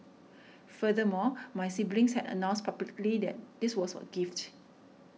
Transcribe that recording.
furthermore my siblings had announced publicly that this was a gift